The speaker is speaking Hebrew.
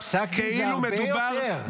כאילו מדובר -- פסק דין זה הרבה יותר.